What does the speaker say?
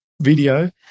video